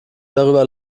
darüber